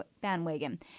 bandwagon